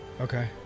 Okay